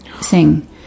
sing